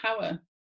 power